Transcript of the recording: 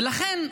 ולכן,